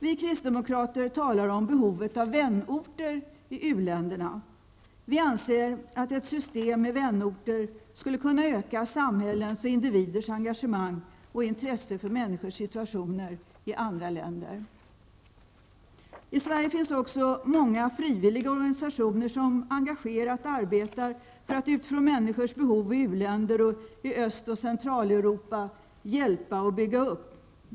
Vi kristdemokrater talar om behovet av vänorter i u-länderna. Vi anser att ett system med vänorter skulle kunna öka samhällens och individers engagemang och intresse för människors situationer i andra länder. I Sverige finns många frivilliga organisationer som engagerat arbetar för att utifrån människors behov i u-länder och i Öst och Centraleuropa hjälpa och bygga upp.